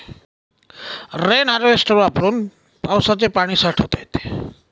rain harvester वापरून पावसाचे पाणी साठवता येते